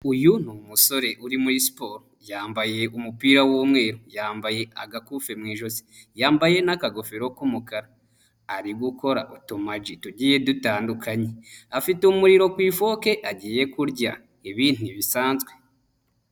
Uyu ni umusore uri muri siporo, yambaye umupira w'umweru, yambaye agakufe mu ijosi, yambaye n'akagofero k'umukara. Ari gukora atumagi tugiye dutandukanye, afite umuriro ku ifoke agiye kurya, ibi ntibisanzwe.